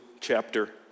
chapter